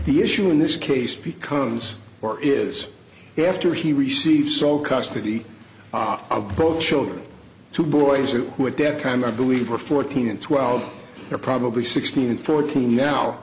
the issue in this case becomes or is after he receives sole custody of both children two boys who are dead kind i believe are fourteen and twelve are probably sixteen and fourteen now